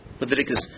Leviticus